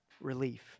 relief